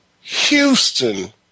Houston